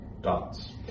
Dots